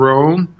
Rome